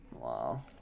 Wow